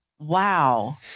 Wow